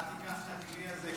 אבל אל תיקח את הכלי הזה,